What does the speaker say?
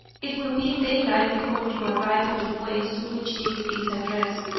it will be daylight before you arrive at the place to which this is addressed,